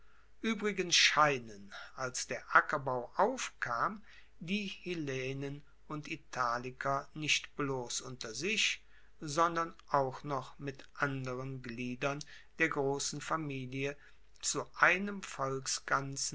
uebrigens scheinen als der ackerbau aufkam die hellenen und italiker nicht bloss unter sich sondern auch noch mit anderen gliedern der grossen familie zu einem volksganzen